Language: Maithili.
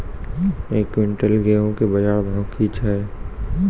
एक क्विंटल गेहूँ के बाजार भाव की छ?